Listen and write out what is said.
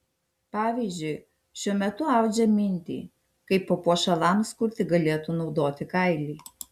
pavyzdžiui šiuo metu audžia mintį kaip papuošalams kurti galėtų naudoti kailį